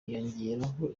hiyongeraho